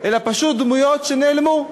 אלא פשוט דמויות שנעלמו,